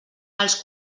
els